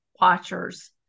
watchers